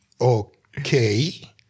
Okay